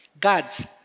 God's